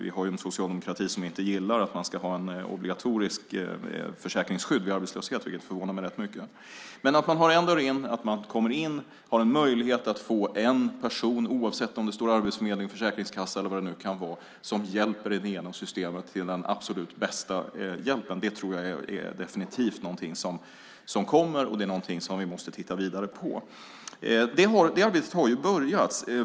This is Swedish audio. Vi har en socialdemokrati som inte gillar att man ska ha ett obligatoriskt försäkringsskydd vid arbetslöshet, vilket förvånar mig rätt mycket. Man har en dörr in och har en möjlighet att få en person - oavsett som det står Arbetsförmedling, Försäkringskassa eller vad det nu kan vara - som hjälper en att få den absolut bästa hjälpen. Det tror jag definitivt är någonting som kommer och som vi måste titta vidare på. Det arbetet har påbörjats.